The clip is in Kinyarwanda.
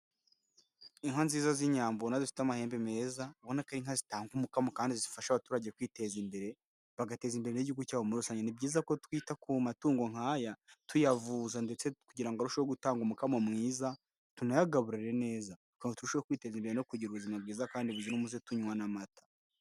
Inka nziza z'inyambo ubona zifite amahembe meza ubona ko ari inka zitanga umukamo kandi zifasha abaturage kwiteza imbere bagateza imbere igihugu cyabo mu rusange, ni byiza ko twita ku matungo nk'aya tuyavuza ndetse kugirango ngo arusheho gutanga umukamo mwiza tunayagaburire neza kugira ngo turusheho kwiteza imbere no kugira ubuzima bwiza kandi buzira umuze tunywa n'amata.